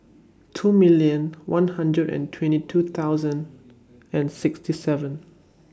two million one hundred and twenty two thousand and sixty seven